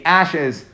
ashes